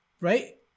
right